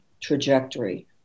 trajectory